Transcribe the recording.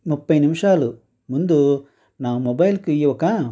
ముప్పై నిమిషాలు ముందు నా మొబైల్కి ఒక